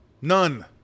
None